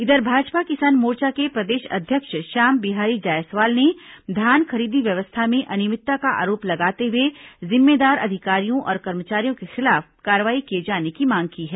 इधर भाजपा किसान मोर्चा के प्रदेश अध्यक्ष श्याम बिहारी जायसवाल ने धान खरीदी व्यवस्था में अनियमितता का आरोप लगाते हुए जिम्मेदार अधिकारियों और कर्मचारियों के खिलाफ कार्रवाई किए जाने की मांग की है